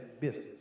business